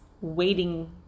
waiting